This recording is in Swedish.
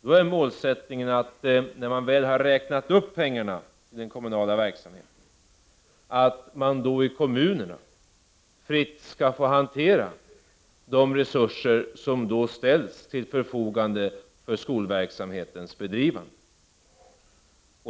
när man väl har räknat upp pengarna till den kommunala verksamheten, kommunerna fritt skall få hantera de resurser som ställs till förfogande för skolverksamhetens bedrivande.